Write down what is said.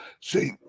See